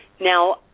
Now